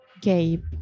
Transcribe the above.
gabe